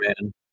man